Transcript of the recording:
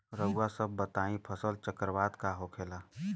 रउआ सभ बताई फसल चक्रवात का होखेला?